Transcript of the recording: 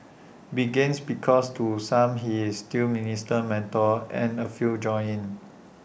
begins because to some he is still minister mentor and A few join in